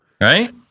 right